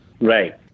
Right